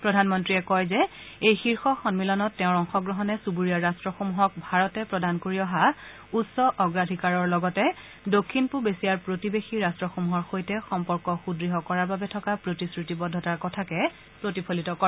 প্ৰধানমন্তীয়ে কয় যে এই শীৰ্ষ সম্মিলনত তেওঁৰ অংশগ্ৰহণে চুবুৰীয়া ৰাট্টসমূহক ভাৰতে প্ৰদান কৰি অহা উচ্চ অগ্ৰাধিকাৰৰ লগতে দক্ষিণ পূব এছিয়াৰ প্ৰতিবেশী ৰট্টসমূহৰ সৈতে সম্পৰ্ক সুদঢ় কৰাৰ বাবে থকা প্ৰতিশ্ৰতি বদ্ধতাৰ কথাকে প্ৰতিফলিত কৰে